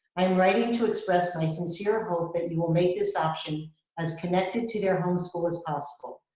i'm writing to express my sincere hope that you will make this option as connected to their homeschool as possible.